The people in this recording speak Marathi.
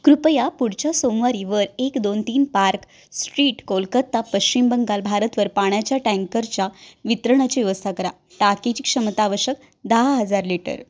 कृपया पुढच्या सोमवारी वर एक दोन तीन पार्क स्ट्रीट कोलकत्ता पश्चिम बंगाल भारतवर पाण्याच्या टँकरच्या वितरणाची व्यवस्था करा टाकीची क्षमता आवश्यक दहा हजार लिटर